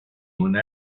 una